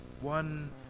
one